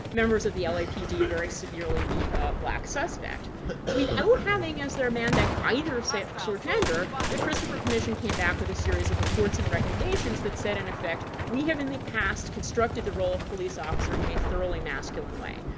members of the lapd very severely beat a black suspect. without having as their mandate either sex or gender, the christopher commission came back with a series of reports and recommendations that said, in effect, we have in the past constructed the role of police officer in a thoroughly masculine way.